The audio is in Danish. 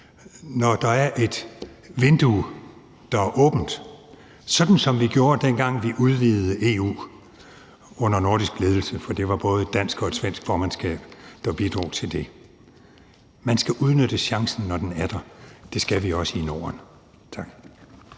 når der er et vindue, der er åbent. Det var også sådan, vi gjorde, dengang vi udvidede EU under nordisk ledelse, for det var både et dansk og et svensk formandskab, der bidrog til det. Man skal udnytte chancen, når den er der, og det skal vi også i Norden. Tak.